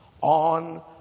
on